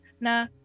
na